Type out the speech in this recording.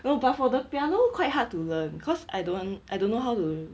well but for the piano quite hard to learn cause I don't I don't know how to